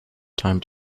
time